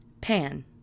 Pan